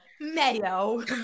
mayo